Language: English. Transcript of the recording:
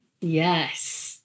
Yes